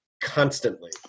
constantly